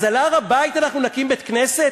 אז על הר-הבית אנחנו נקים בית-כנסת?